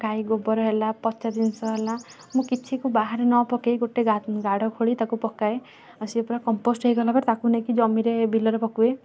ଗାଈ ଗୋବର ହେଲା ପଚା ଜିନିଷ ହେଲା ମୁଁ କିଛିକୁ ବାହାରେ ନପକାଇ ଗୋଟେ ଗାଡ଼ ଖୋଳି ତାକୁ ପକାଏ ଆଉ ସିଏ ପୁରା କମ୍ପୋଷ୍ଟ ହେଇଗଲାପରେ ତାକୁ ନେଇକି ଜମିରେ ବିଲରେ ପକାଏ